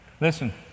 Listen